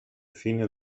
cine